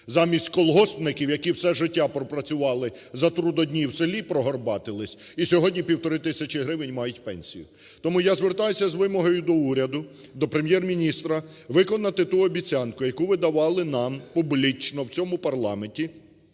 Замість колгоспників, які все життя пропрацювали за трудодні в селі, прогорбатились - і сьогодні півтори тисячі гривень мають пенсії. Тому я звертаюся з вимогою до уряду, до Прем’єр-міністра виконати ту обіцянку, яку ви давали нам публічно в цьому парламенті: